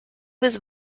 was